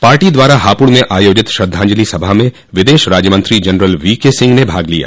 party द्वारा हापुड़ में आयोजित श्रद्वांजलि सभा में विदेश राज्यमंत्री जनरल वीकेसिंह ने भाग लिया